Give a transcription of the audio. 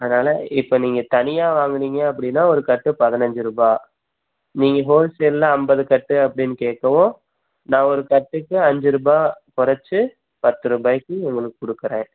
அதனால் இப்போ நீங்கள் தனியாக வாங்கினீங்க அப்படின்னா ஒரு கட்டு பதினஞ்சி ரூபாய் நீங்கள் ஹோல்சேல்லில் ஐம்பது கட்டு அப்படின்னு கேட்கவும் நான் ஒரு கட்டுக்கு அஞ்சு ரூபாய் கொறச்சு பத்து ரூபாய்க்கு உங்களுக்கு கொடுக்குறேன்